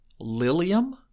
Lilium